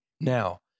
Now